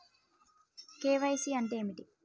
KYC అంటే ఏమిటి?